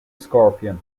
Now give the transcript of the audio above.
scorpion